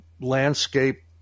landscape